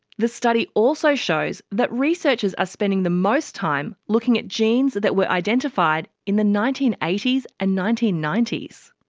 the study also shows that researchers are spending the most time looking at genes that were identified in the nineteen eighty s and nineteen ninety s.